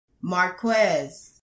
Marquez